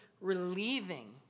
relieving